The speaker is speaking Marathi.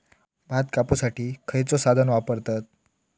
भात कापुसाठी खैयचो साधन वापरतत?